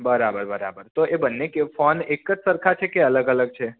બરાબર બરાબર તો એ બંને ફોન એક જ સરખા છે કે અલગ અલગ છે